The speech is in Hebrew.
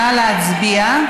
נא להצביע.